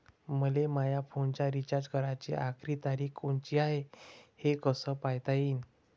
मले माया फोनचा रिचार्ज कराची आखरी तारीख कोनची हाय, हे कस पायता येईन?